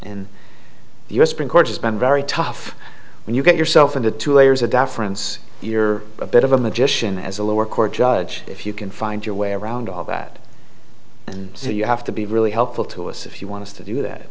in the u s supreme court has been very tough when you get yourself into two layers of deference you're a bit of a magician as a lower court judge if you can find your way around all that and so you have to be really helpful to us if you want to do that